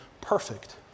perfect